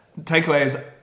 Takeaways